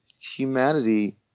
humanity